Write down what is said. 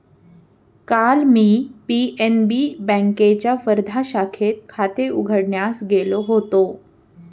काल मी पी.एन.बी बँकेच्या वर्धा शाखेत खाते उघडण्यास गेलो होतो